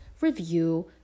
review